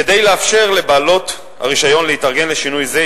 כדי לאפשר לבעלות הרשיון להתארגן לשינוי זה,